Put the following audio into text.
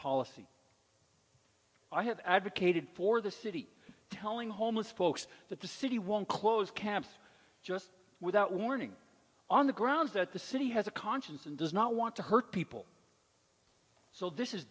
policy i have advocated for the city telling homeless folks that the city won't close kept just without warning on the grounds that the city has a conscience and does not want to hurt people so this is